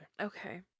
Okay